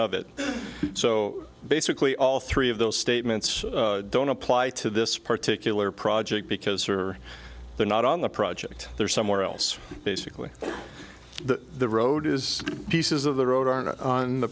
of it so basically all three of those statements don't apply to this particular project because or they're not on the project they're somewhere else basically the road is pieces of the road are not on the